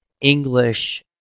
English